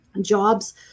jobs